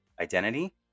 identity